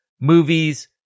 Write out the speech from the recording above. movies